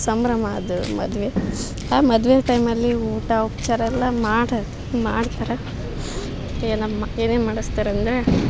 ಸಂಭ್ರಮ ಅದು ಮದುವೆ ಆ ಮದುವೆ ಟೈಮಲ್ಲಿ ಊಟ ಉಪಚಾರ ಎಲ್ಲ ಮಾಡಿ ಮಾಡ್ತಾರ ಏನಮ್ಮ ಏನೇನು ಮಾಡಿಸ್ತಾರಂದ್ರೆ